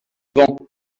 vans